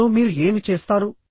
ఇప్పుడు మీరు ఏమి చేస్తారు